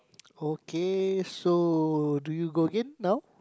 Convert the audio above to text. okay so do you go again now